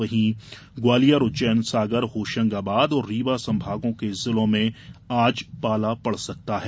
वहीं ग्वालियर उज्जैन सागर होशंगाबाद और रीवा संभागों के जिलो में आज पाला पड़ सकता है